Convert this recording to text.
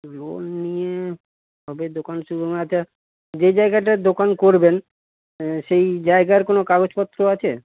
loan নিয়ে আগে দোকান শুরু করবেন আচ্ছা যেই জায়গাটায় দোকান করবেন সেই জায়গার কোনো কাগজপত্র আছে